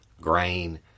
grain